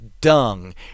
dung